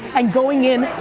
and going in,